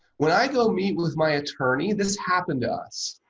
when i go meet with my attorney, this happened us.